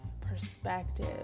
perspective